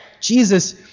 Jesus